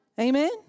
Amen